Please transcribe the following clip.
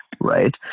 right